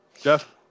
Jeff